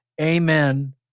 amen